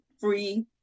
free